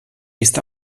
está